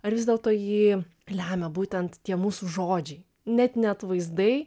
ar vis dėlto jį lemia būtent tie mūsų žodžiai net ne atvaizdai